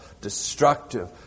destructive